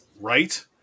Right